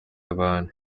abantu